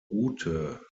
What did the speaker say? ute